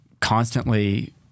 Constantly